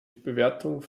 bewertung